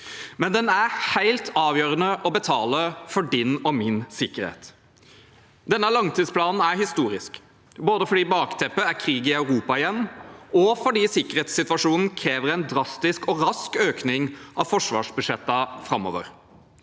men den er helt avgjørende å betale for din og min sikkerhet. Denne langtidsplanen er historisk, både fordi bakteppet er krig i Europa igjen, og fordi sikkerhetssituasjonen krever en drastisk og rask økning av forsvarsbudsjettene framover.